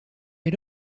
had